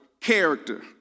character